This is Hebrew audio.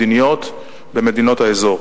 מדיניות במדינות האזור.